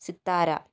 Sithara